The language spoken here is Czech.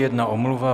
Jedna omluva.